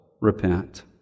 repent